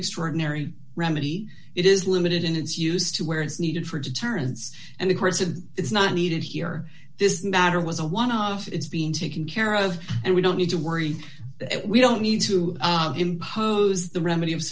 extraordinary remedy it is limited in its use to where it's needed for deterrence and of course if it's not needed here this matter was a one off it's being taken care of and we don't need to worry we don't need to impose the remedy of